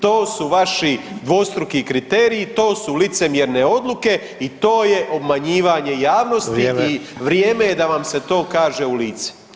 To su vaši dvostruki kriteriji, to su licemjerne odluke i to je obmanjivanje javnosti i vrijeme je da vam se to kaže u lice.